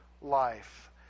life